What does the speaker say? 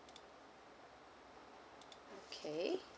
okay